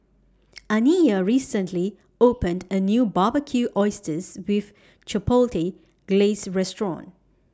Aniya recently opened A New Barbecued Oysters with Chipotle Glaze Restaurant